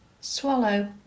Swallow